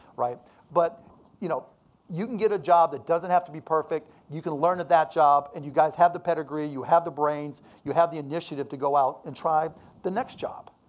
but you know you can get a job that doesn't have to be perfect. you can learn at that job. and you guys have the pedigree, you have the brains, you have the initiative to go out and try the next job.